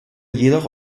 jedoch